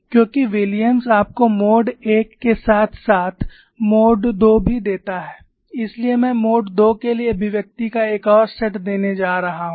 क्योंकि विलियम्स आपको mode I के साथ साथ मोड II भी देता है इसलिए मैं मोड II के लिए अभिव्यक्ति का एक और सेट देने जा रहा हूं